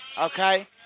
okay